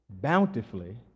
bountifully